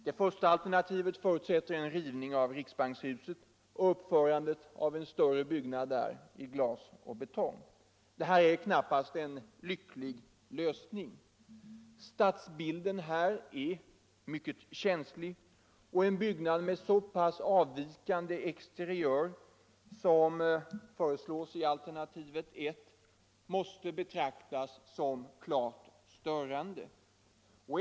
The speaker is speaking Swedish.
Det första alternativet förutsätter en rivning av riksbankshuset och uppförande av en större byggnad där i glas och betong. Detta är knappast en lycklig lösning. Stadsbilden här är mycket känslig, och en byggnad med så pass avvikande exteriör som föreslås i alternativet I måste betraktas som klart störande.